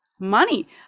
money